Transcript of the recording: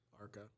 Arca